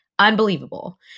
Unbelievable